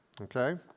Okay